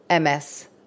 MS